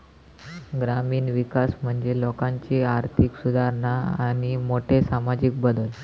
ग्रामीण विकास म्हणजे लोकांची आर्थिक सुधारणा आणि मोठे सामाजिक बदल